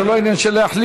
זה לא עניין של להחליף.